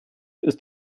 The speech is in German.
ist